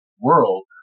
world